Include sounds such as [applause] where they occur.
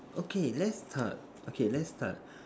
okay let's start okay let's start [breath]